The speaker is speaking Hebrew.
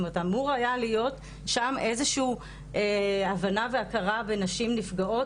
זאת אומרת אמור היה להיות שם איזשהו הבנה והכרה בנשים נפגעות